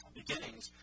beginnings